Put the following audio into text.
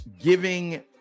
giving